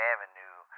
Avenue